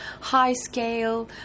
high-scale